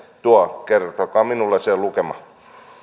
tuo kertokaa minulle se lukema